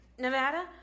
Nevada